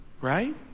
Right